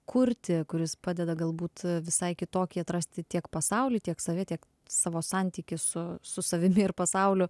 kurti kuris padeda galbūt visai kitokį atrasti tiek pasaulį tiek save tiek savo santykį su su savimi ir pasauliu